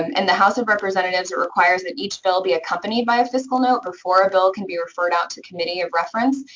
and the house of representatives, it requires that each bill be accompanied by a fiscal note before a bill can be referred out to the committee of reference,